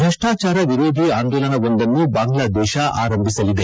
ಭ್ರಷ್ವಾಚಾರ ವಿರೋಧಿ ಆಂದೋಲನವೊಂದನ್ನು ಬಾಂಗ್ಲಾದೇಶ ಆರಂಭಿಸಲಿದೆ